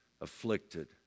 afflicted